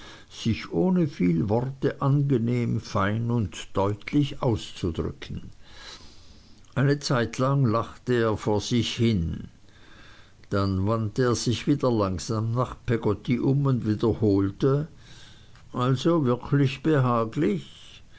sich ohne viel worte angenehm fein und deutlich auszudrücken eine zeitlang lachte er vor sich hin dann wandte er sich wieder langsam nach peggotty um und wiederholte also wirklich behaglich